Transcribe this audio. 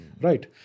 Right